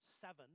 seven